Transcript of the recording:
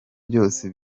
byose